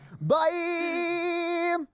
Bye